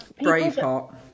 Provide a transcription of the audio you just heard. Braveheart